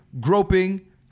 Groping